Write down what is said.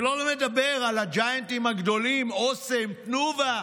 שלא לדבר על הג'יאנטים הגדולים: אסם, תנובה,